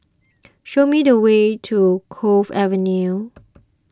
show me the way to Cove Avenue